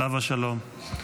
עליו השלום.